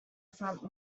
front